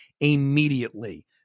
immediately